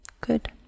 Good